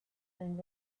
and